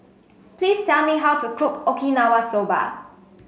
please tell me how to cook Okinawa Soba